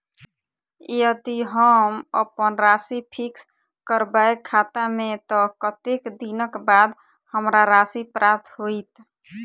यदि हम अप्पन राशि फिक्स करबै खाता मे तऽ कत्तेक दिनक बाद हमरा राशि प्राप्त होइत?